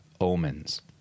omens